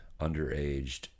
underaged